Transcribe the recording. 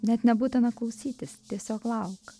net nebūtina klausytis tiesiog lauk